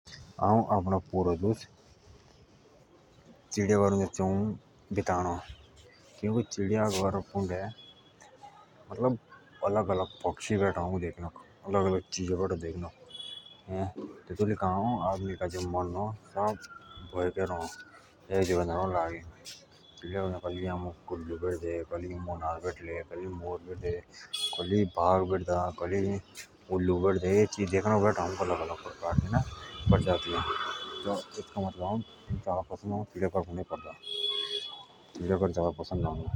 आऊ आपडो सारो दूस चिड़िया घरअ पून्डो चोऊ बिताओडो क्योंकि चिड़िया घर‌‌‌ पुन्डे अलग-अलग पक्षी बेटों देखनक हेतु लेई आदमी का मन लागेरअ आदमी परेशान ना अ तेईके कलेइ मोर कलेइ मोनाल कलेइ बेटदो कलेइ बाघ बेटदा कलेइ भालू बेटदा अलग-अलग चिज बेटों तब हाउ चिड़िया घर‌‌‌ पसंद करदा।